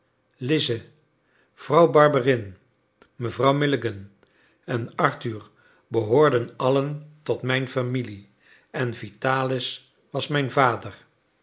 lize vrouw barberin mevrouw milligan en arthur behoorden allen tot mijn familie en vitalis was mijn vader